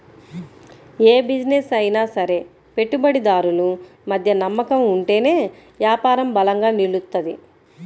యే బిజినెస్ అయినా సరే పెట్టుబడిదారులు మధ్య నమ్మకం ఉంటేనే యాపారం బలంగా నిలుత్తది